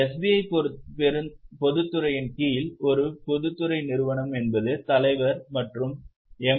SBI பொதுத்துறையின் கீழ் ஒரு பொதுத்துறை நிறுவனம் என்பது தலைவர் மற்றும் எம்